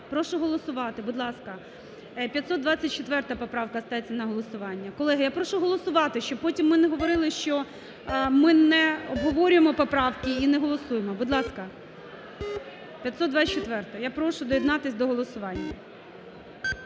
Прошу голосувати, будь ласка. 524 поправка ставиться на голосування. Колеги, я прошу голосувати, щоб потім ми не говорили, що ми не обговорюємо поправки і не голосуємо. Будь ласка, 524, будь ласка, я прошу доєднатись до голосування.